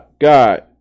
God